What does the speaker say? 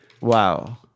Wow